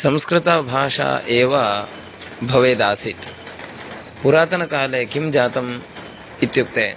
संस्कृतभाषा एव भवेदासीत् पुरातनकाले किं जातम् इत्युक्ते